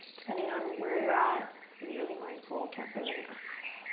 depending on where you're at, be really mindful. can't say that enough.